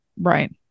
Right